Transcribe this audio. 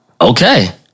Okay